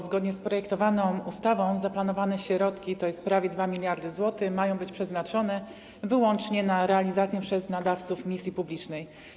Zgodnie z projektowaną ustawą zaplanowane środki, tj. prawie 2 mld zł, mają być przeznaczone wyłącznie na realizację przez nadawców misji publicznej.